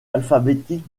alphabétique